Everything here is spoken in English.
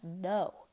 no